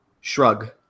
Shrug